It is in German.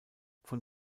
von